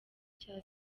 cya